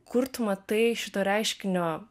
kur tu matai šito reiškinio